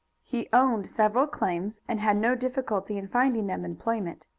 he owned several claims, and had no difficulty in finding them employment.